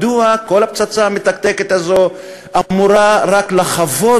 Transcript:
מדוע כל הפצצה המתקתקת הזו אמורה לחבוט